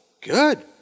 good